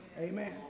Amen